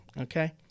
Okay